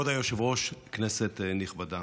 כבוד היושב-ראש, כנסת נכבדה,